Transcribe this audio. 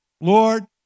Lord